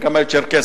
חלקם היו צ'רקסים.